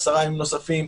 עשרה ימים נוספים,